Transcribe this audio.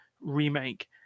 Remake